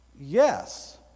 Yes